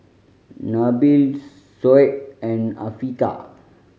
Nabil Shoaib and Afiqah